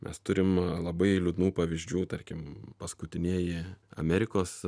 mes turim labai liūdnų pavyzdžių tarkim paskutinieji amerikos